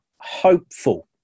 hopeful